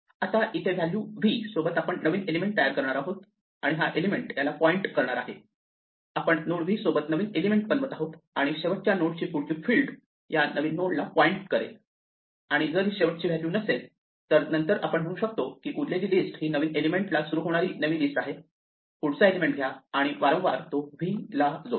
आता इथे value v सोबत आपण नवीन एलिमेंट तयार करणार आहोत आणि हा एलिमेंट याला पॉईंट करणार आहे आपण नोड v सोबत नवीन एलिमेंट बनवत आहोत आणि शेवटच्या नोडची पुढची फिल्ड या नवीन नोडला पॉईंट करेल आणि जर ही शेवटची व्हॅल्यू नसेल तर नंतर आपण म्हणू शकतो की उरलेली लिस्ट ही नवीन एलिमेंटला सुरू होणारी नवी लिस्ट आहे पुढचा एलिमेंट घ्या आणि वारंवार तो v ला जोडा